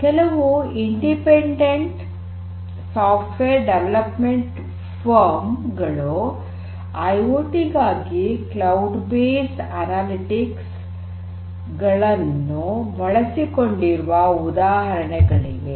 ಕೆಲವು independent software development firm ಗಳು IoT ಗಾಗಿ ಕ್ಲೌಡ್ ಬೇಸ್ಡ್ ಅನಲಿಟಿಕ್ಸ್ ಗಳನ್ನು ಬಳಸಿಕೊಂಡಿರುವ ಉದಾಹರಣೆಗಳಿವೆ